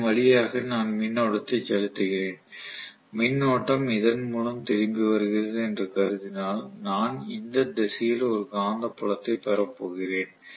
இதன் வழியாக நான் மின்னோட்டத்தை செலுத்துகிறேன் மின்னோட்டம் இதன் மூலம் திரும்பி வருகிறது என்று கருதினால் நான் இந்த திசையில் ஒரு காந்தப்புலத்தைப் பெறப் போகிறேன்